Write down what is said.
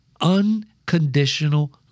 unconditional